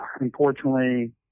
unfortunately